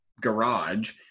garage